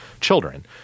children